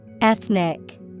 Ethnic